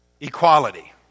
equality